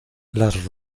las